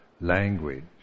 language